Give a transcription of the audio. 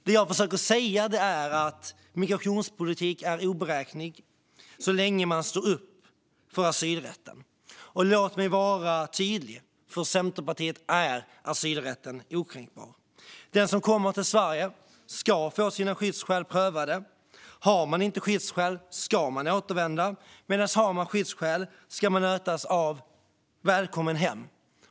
Det jag försöker säga är att migrationspolitik är oberäknelig så länge man står upp för asylrätten. Och låt mig vara tydlig: För Centerpartiet är asylrätten okränkbar. Den som kommer till Sverige ska få sina skyddsskäl prövade. Har man inte skyddsskäl ska man återvända, men har man skyddsskäl ska man mötas av "välkommen hem!"